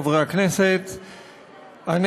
הכנסת,